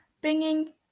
bringing